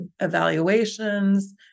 evaluations